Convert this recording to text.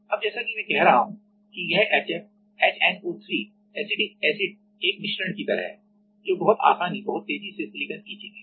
अब जैसा कि मैं कह रहा हूं कि यह HF HNO3 एसिटिक एसिड एक मिश्रण की तरह है जो बहुत आसानी बहुत तेजी से सिलिकॉन इचिंग है